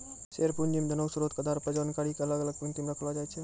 share पूंजी मे धनो के स्रोतो के आधार पर जानकारी के अलग अलग पंक्ति मे रखलो जाय छै